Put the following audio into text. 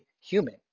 human